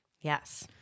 Yes